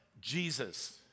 Jesus